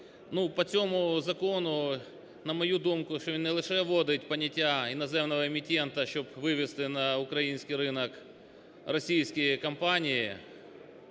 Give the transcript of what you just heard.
по цьому закону, на мою думку, не лише вводиться поняття "іноземного емітента", щоб вивести на український ринок російські компанії,